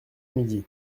midi